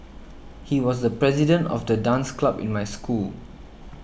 he was the president of the dance club in my school